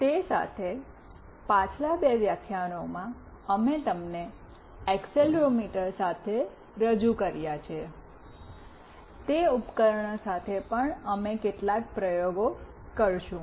તે સાથે પાછલા બે વ્યાખ્યાનોમાં અમે તમને એક્સીલેરોમીટર સાથે રજૂ કર્યાં છે તે ઉપકરણ સાથે પણ અમે કેટલાક પ્રયોગો કરીશું